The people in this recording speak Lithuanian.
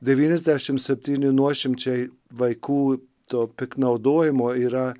devyniasdešimt septyni nuošimčiai vaikų to piktnaudojimo yra